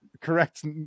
correct